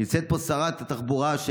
נמצאת פה שרת התחבורה,